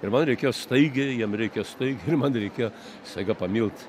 ir man reikėjo staigiai jam reikia staigiai ir man reikia staiga pamilti